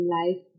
life